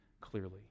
clearly